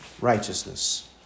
righteousness